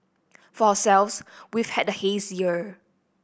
for ourselves we've had the haze year